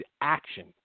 action